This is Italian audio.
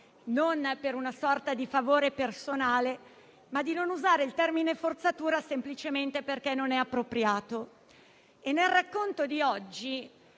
non per una sorta di favore personale, di non usare il termine «forzatura» semplicemente perché non è appropriato. Nel racconto di oggi,